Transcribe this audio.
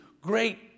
great